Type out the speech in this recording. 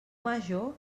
major